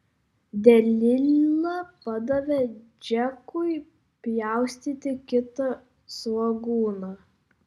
delila padavė džekui pjaustyti kitą svogūną